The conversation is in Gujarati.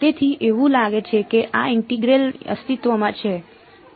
તેથી એવું લાગે છે કે આ ઇન્ટેગ્રલ અસ્તિત્વમાં છે પરંતુ શું થયું